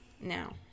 now